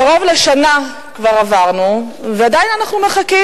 קרוב לשנה כבר עברנו, ועדיין אנחנו מחכים.